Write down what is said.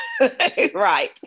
right